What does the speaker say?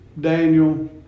Daniel